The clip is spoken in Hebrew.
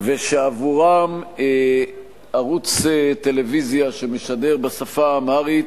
ושעבורם ערוץ טלוויזיה שמשדר בשפה האמהרית